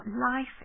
life